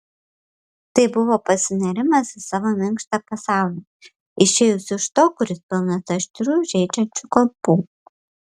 tai buvo pasinėrimas į savo minkštą pasaulį išėjus iš to kuris pilnas aštrių žeidžiančių kampų